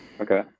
Okay